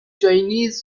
chinese